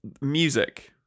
music